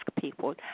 people